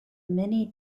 many